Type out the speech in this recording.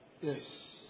Yes